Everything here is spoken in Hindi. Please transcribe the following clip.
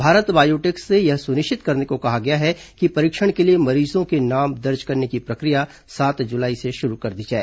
भारत बायोटेक से यह सुनिश्चित करने को कहा गया है कि परीक्षण के लिए मरीजों के नाम दर्ज करने की प्रक्रिया सात जुलाई से शुरू कर दी जाए